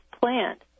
plant